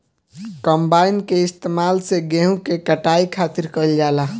combine के इस्तेमाल से गेहूँ के कटाई खातिर कईल जाला